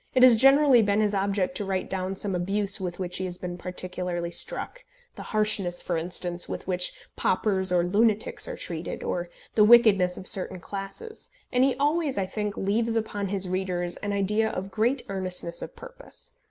it has generally been his object to write down some abuse with which he has been particularly struck the harshness, for instance, with which paupers or lunatics are treated, or the wickedness of certain classes and he always, i think, leaves upon his readers an idea of great earnestness of purpose.